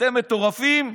אתם מטורפים?